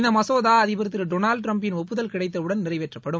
இந்த மசோதா அதிபர் திரு டொனால்ட் டிரம்பின் ஒப்புதல் கிடைத்தவுடன் நிறைவேற்றப்படும்